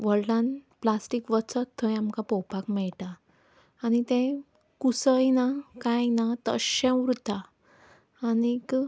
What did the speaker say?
वर्ल्डान plastic वचत थंय आमकां पळोवपाक मेळटा आनी तें कुसय ना कांय ना तशें उरता आनीक